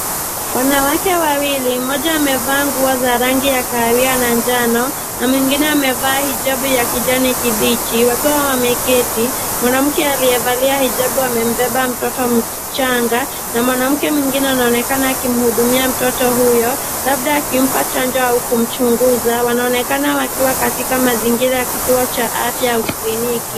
Wanawake wawili, mmoja amevaa nguo za rangi ya kahawia na njano na mwengine amevaa hijabu ya kijani kibichi wakiwa wameketi. Mwanamke aliyevalia hijabu anambeba mtoto mchanga na mwanamke mwegine anaonekana akimhudumia mtoto huyo labda akimpa chanjo au kumchunguza. Wanaonekana wakiwa katika mazingira ya kituo cha afya au kliniki.